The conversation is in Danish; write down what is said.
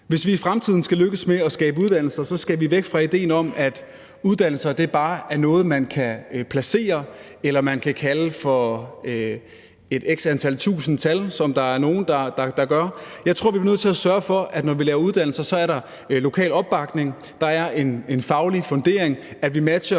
Hvis vi i fremtiden skal lykkes med at skabe uddannelser, skal vi væk fra idéen om, at uddannelser bare er noget, man kan placere, eller som man kan kalde for et x antal tusind tal, som der er nogle, der gør. Jeg tror, vi bliver nødt til at sørge for, at når vi laver uddannelser, er der lokal opbakning; at der er en faglig fundering; at vi matcher